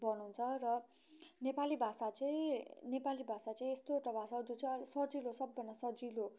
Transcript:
बनाउँछ र नेपाली भाषा चाहिँ नेपाली भाषा चाहिँ यस्तो एउटा भाषा हो जो चाहिँ सजिलो सबभन्दा सजिलो